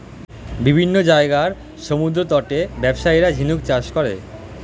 বিভিন্ন জায়গার সমুদ্রতটে ব্যবসায়ীরা ঝিনুক চাষ করে